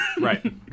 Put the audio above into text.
Right